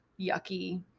yucky